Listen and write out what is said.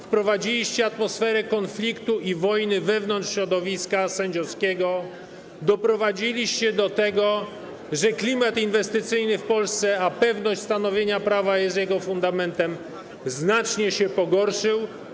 Wprowadziliście atmosferę konfliktu i wojny wewnątrz środowiska sędziowskiego, doprowadziliście do tego, że klimat inwestycyjny w Polsce - pewność stanowionego prawa jest jego fundamentem - znacznie się pogorszył.